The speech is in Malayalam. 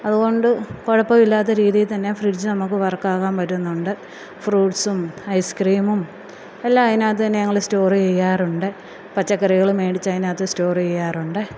അതുകൊണ്ട് കുഴപ്പവില്ലാത്ത രീതീത്തന്നെ ഫ്രിഡ്ജ് നമുക്ക് വർക്കാകാൻ പറ്റുന്നുണ്ട് ഫ്രൂഡ്സും ഐസ്ക്രീമും എല്ലാം അതിനകത്ത് തന്നെ ഞങ്ങൾ സ്റ്റോർ ചെയ്യാറുണ്ട് പച്ചക്കറികൾ മേടിച്ചതിനകത്ത് സ്റ്റോർ ചെയ്യാറുണ്ട്